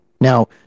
now